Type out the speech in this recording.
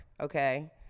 okay